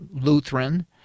Lutheran